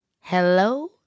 Hello